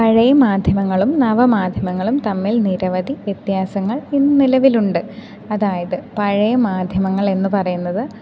പഴയ മാധ്യമങ്ങളും നവമാധ്യമങ്ങളും തമ്മിൽ നിരവധി വ്യത്യാസങ്ങൾ ഇന്നു നിലവിലുണ്ട് അതായത് പഴയ മാധ്യമങ്ങൾ എന്നു പറയുന്നത്